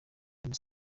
none